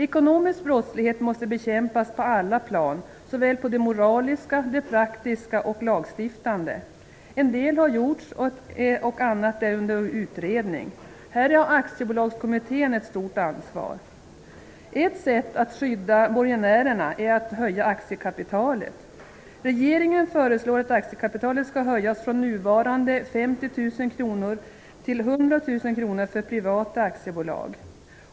Ekonomisk brottslighet måste bekämpas på alla plan, såväl det moraliska, praktiska som lagstiftande. En del har gjorts och annat är under utredning. Här har Aktiebolagskommittén ett stort ansvar. Ett sätt att skydda borgenärerna är att höja nivån på aktiekapitalet. Regeringen föreslår att aktiekapitalet skall höjas från nuvarande 50 000 kr till 100 000 kr för privata aktiebolag.